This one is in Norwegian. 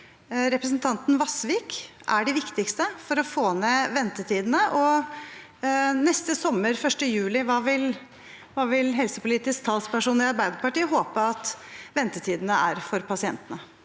representanten Vasvik er de viktigste for å få ned ventetidene? Og neste sommer, 1. juli, hva håper helsepolitisk talsperson i Arbeiderpartiet at ventetidene er for pasientene